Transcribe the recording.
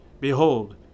Behold